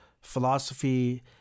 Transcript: philosophy